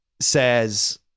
says